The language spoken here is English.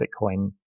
bitcoin